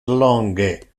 longe